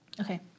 Okay